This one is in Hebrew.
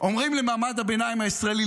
אומרים למעמד הביניים הישראלי,